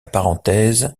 parenthèse